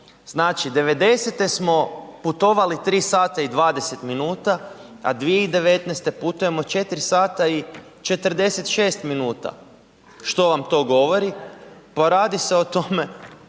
Znači, '90. smo putovali 3 sata i 20 minuta, a 2019. putujemo 4 sata i 46 minuta. Što vam to govori? Pa radi se o tome